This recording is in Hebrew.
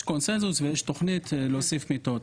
יש קונצנזוס ויש תוכנית להוסיף מיטות.